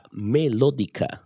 melódica